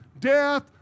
Death